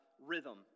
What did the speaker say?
rhythm